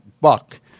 Buck